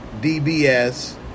DBS